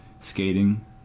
skating